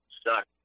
stuck